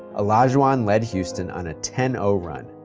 olajuwon led houston on a ten o run,